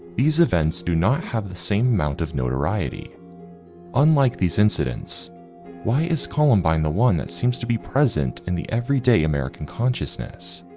these events do not have the same amount of notoriety unlike these incidents why is columbine the one that seems to be present in the everyday american consciousness,